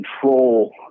control